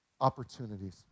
opportunities